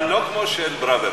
אבל לא כמו של ברוורמן.